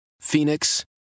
Phoenix